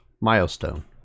milestone